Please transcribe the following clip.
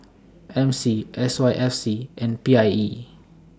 M C S Y F C and P I E